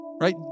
Right